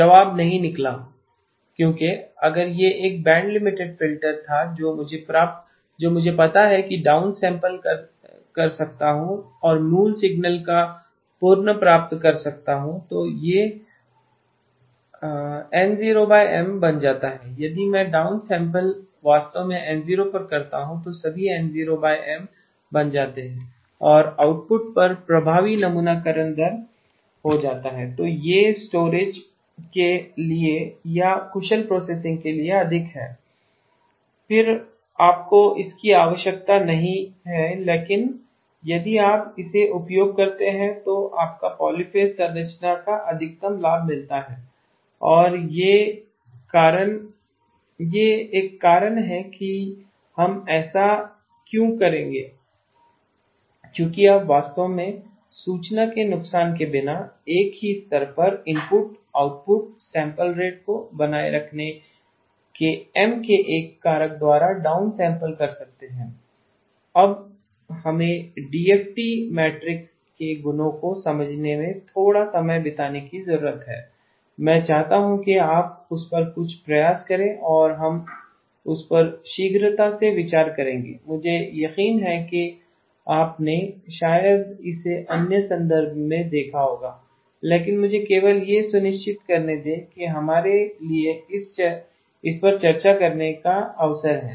जवाब 'नहीं' निकला क्योंकि अगर यह एक बैंड लिमिटेड फिल्टर था तो मुझे पता है कि मैं डाउन सैंपल कर सकता हूं और मूल सिग्नल को पुनर्प्राप्त कर सकता हूं तो यह N0M बन जाता है यदि मैं डाउन सैंपलिंग वास्तव में N0 पर करता हूं तो ये सभी N0M बन जाते हैं और आउटपुट पर प्रभावी नमूनाकरण दर हो जाती है तो यह स्टोरेज के लिए या कुशल प्रोसेसिंग के लिए अधिक है फिर आपको इसकी आवश्यकता नहीं है लेकिन यदि आप इसे उपयोग करते हैं तो आपको पॉलीफ़ेज़ संरचना का अधिकतम लाभ मिलता है और एक कारण यह है कि हम ऐसा क्यों करेंगे क्योंकि आप वास्तव में सूचना के नुकसान के बिना एक ही स्तर पर इनपुट आउटपुट सैंपल रेट को बनाए रखने के एम के एक कारक द्वारा डाउन सैंपलिंग कर सकते हैं अब हमें डीएफटी मैट्रिक्स के गुणों को समझने में थोड़ा समय बिताने की जरूरत है मैं चाहूंगा कि आप उस पर कुछ प्रयास करें और हम उस पर शीघ्रता से विचार करेंगे मुझे यकीन है कि आपने शायद इसे अन्य संदर्भ में देखा होगा लेकिन मुझे केवल यह सुनिश्चित करने दें कि हमारे लिए इस पर चर्चा करने का अवसर है